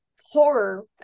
horror